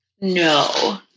No